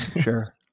Sure